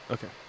Okay